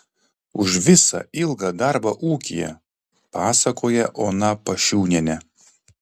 už visą ilgą darbą ūkyje pasakoja ona pašiūnienė